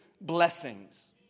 blessings